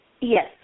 Yes